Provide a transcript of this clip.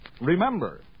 Remember